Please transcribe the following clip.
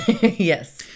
Yes